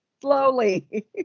Slowly